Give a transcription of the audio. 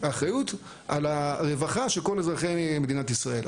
האחריות על הרווחה של כל אזרחי מדינת ישראל.